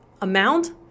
amount